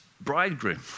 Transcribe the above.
bridegroom